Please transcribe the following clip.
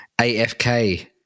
afk